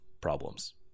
problems